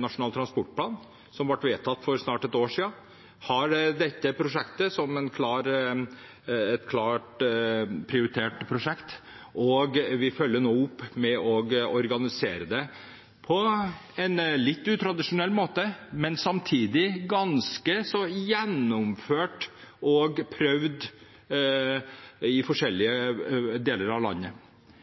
Nasjonal transportplan, som ble vedtatt for snart ett år siden, har dette prosjektet som et klart prioritert prosjekt. Vi følger nå opp med å organisere det på en litt utradisjonell måte, men samtidig ganske så gjennomført og prøvd i forskjellige deler av landet.